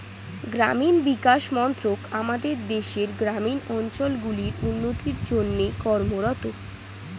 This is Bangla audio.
গ্রামীণ বিকাশ মন্ত্রক আমাদের দেশের গ্রামীণ অঞ্চলগুলির উন্নতির জন্যে কর্মরত